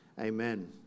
Amen